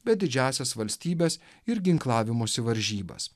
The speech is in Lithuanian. bet didžiąsias valstybes ir ginklavimosi varžybas